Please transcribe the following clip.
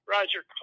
Roger